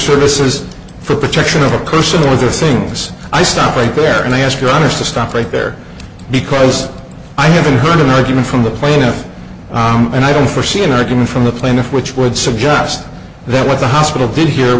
services for protection of a person or other things i stop right there and i ask runners to stop right there because i haven't heard an argument from the plaintiff and i don't forsee an argument from the plaintiff which would suggest that what the hospital did here